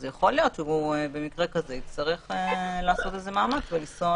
יכול להיות שבמקרה כזה הוא יצטרך לעשות איזה מאמץ ולנסוע